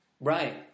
Right